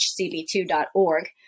hcb2.org